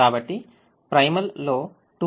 కాబట్టి primal లో 2n constraints ఉన్నాయి